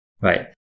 right